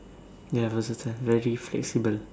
ya versatile very flexible